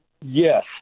yes